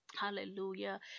Hallelujah